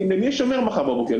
מי שומר מחר בבוקר?